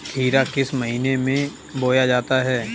खीरा किस महीने में बोया जाता है?